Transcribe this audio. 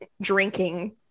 drinking